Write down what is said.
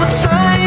time